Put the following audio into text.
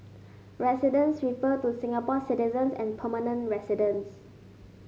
residents refer to Singapore citizens and permanent residents